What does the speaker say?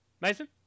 Mason